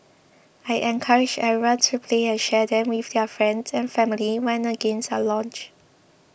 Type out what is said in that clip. I encourage everyone to play and share them with their friends and family when the games are launched